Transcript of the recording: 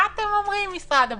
מה אתם אומרים, משרד הבריאות?